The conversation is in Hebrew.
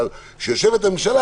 אבל כשיושבת הממשלה,